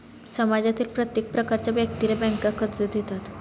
समाजातील प्रत्येक प्रकारच्या व्यक्तीला बँका कर्ज देतात